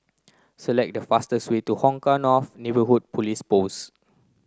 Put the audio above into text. select the fastest way to Hong Kah North Neighbourhood Police Post